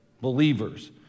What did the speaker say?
believers